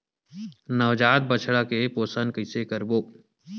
नवजात बछड़ा के पोषण कइसे करबो?